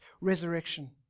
resurrection